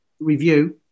review